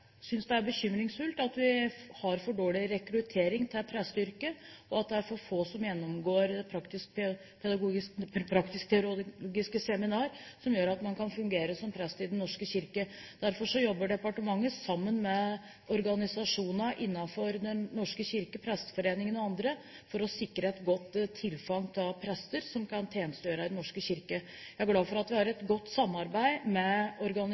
at det er for få som gjennomgår praktisk-teologisk seminar, som gjør at man kan fungere som prest i Den norske kirke. Derfor jobber departementet sammen med organisasjoner innenfor Den norske kirke, Presteforeningen og andre, for å sikre et godt tilfang av prester som kan tjenestegjøre i Den norske kirke. Jeg er glad for at vi har et godt samarbeid med